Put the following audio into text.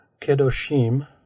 Kedoshim